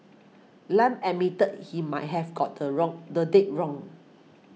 Lam admitted he might have got the wrong the date wrong